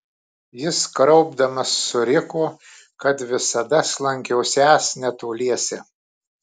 jis kraupdamas suriko kad visada slankiosiąs netoliese